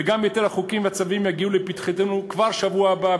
וגם יתר החוקים והצווים יגיעו לפתחנו כבר בשבוע הבא,